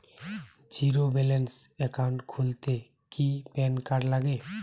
Zero balance account খুলতে কি PAN card লাগে?